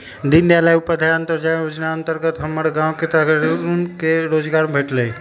दीनदयाल उपाध्याय अंत्योदय जोजना के अंतर्गत हमर गांव के तरुन के रोजगार भेटल